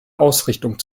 ausrichtung